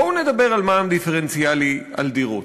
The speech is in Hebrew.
בואו נדבר על מע"מ דיפרנציאלי על דירות.